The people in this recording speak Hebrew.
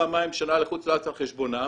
פעמיים בשנה לחוץ לארץ על חשבונם